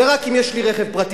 זה רק אם יש לי רכב פרטי.